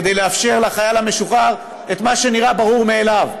כדי לאפשר לחייל משוחרר את מה שנראה ברור מאליו: